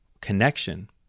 connection